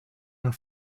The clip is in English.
and